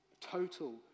Total